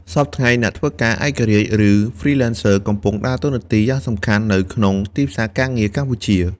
សព្វថ្ងៃ អ្នកធ្វើការឯករាជ្យ ឬ Freelancers កំពុងដើរតួនាទីយ៉ាងសំខាន់នៅក្នុងទីផ្សារការងារកម្ពុជា។